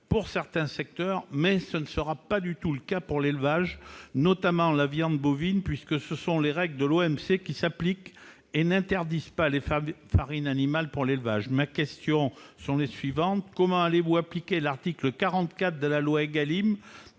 pour certains secteurs, mais ce ne sera pas du tout le cas de l'élevage, notamment la viande bovine, puisque ce sont les règles de l'OMC qui s'appliquent et n'interdisent pas les farines animales pour l'élevage. Comment allez-vous appliquer l'article 44 de la loi Égalim,